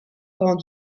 grand